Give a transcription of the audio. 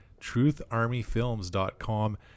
trutharmyfilms.com